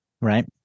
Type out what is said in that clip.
Right